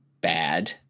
bad